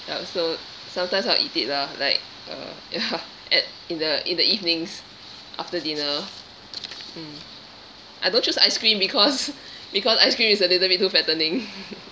ya so sometimes I'll eat it lah like uh ya at in the in the evenings after dinner mm I don't choose ice cream because because ice cream is a little bit too fattening